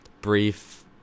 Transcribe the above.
brief